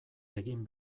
egin